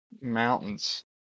mountains